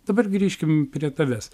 dabar grįžkim prie tavęs